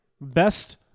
Best